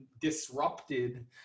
disrupted